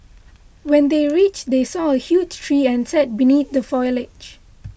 when they reached they saw a huge tree and sat beneath the foliage